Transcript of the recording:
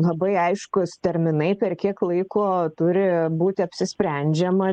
labai aiškūs terminai per kiek laiko turi būti apsisprendžiama